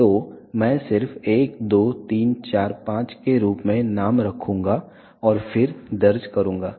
तो मैं सिर्फ 1 2 3 4 5 के रूप में नाम रखूंगा और फिर दर्ज करूंगा